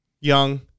Young